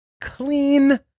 clean